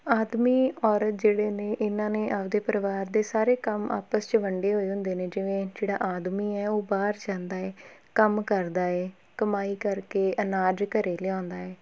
ਆਦਮੀ ਔਰਤ ਜਿਹੜੇ ਨੇ ਇਹਨਾਂ ਨੇ ਆਪਦੇ ਪਰਿਵਾਰ ਦੇ ਸਾਰੇ ਕੰਮ ਆਪਸ 'ਚ ਵੰਡੇ ਹੋਏ ਹੁੰਦੇ ਨੇ ਜਿਵੇਂ ਜਿਹੜਾ ਆਦਮੀ ਹੈ ਉਹ ਬਾਹਰ ਜਾਂਦਾ ਹੈ ਕੰਮ ਕਰਦਾ ਹੈ ਕਮਾਈ ਕਰਕੇ ਅਨਾਜ ਘਰੇ ਲਿਆਉਂਦਾ ਹੈ